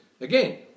again